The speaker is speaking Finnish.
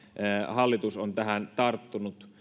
hallitus on tähän tarttunut